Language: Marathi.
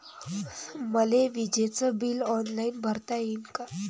मले विजेच बिल ऑनलाईन भरता येईन का?